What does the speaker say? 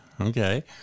Okay